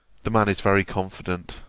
the man is very confident.